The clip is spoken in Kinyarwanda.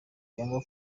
yanga